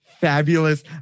fabulous